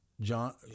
john